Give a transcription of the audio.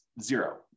zero